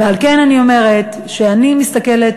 ועל כן אני אומרת שאני מסתכלת,